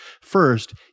first